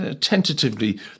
tentatively